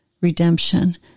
redemption